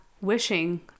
wishing